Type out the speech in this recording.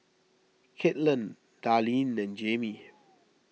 Caitlin Darleen and Jaime